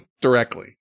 directly